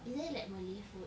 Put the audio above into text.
isn't it like malay food